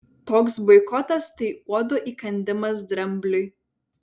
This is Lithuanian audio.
toks boikotas tai uodo įkandimas drambliui